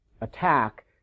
attack